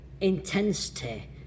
intensity